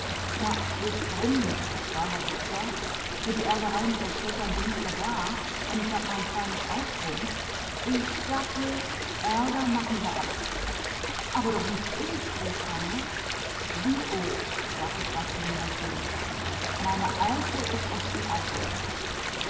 na ich brumm nicht etwa herr dukter für die ärgerei mit a städtern bin ich ja da und hab ich mein feines auskumm ich sag bloß ärger machen se alle aber doch nicht ich rief hanne sie ooch sagte barthel melancholisch meine alte is uff sie